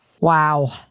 Wow